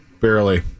Barely